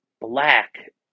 black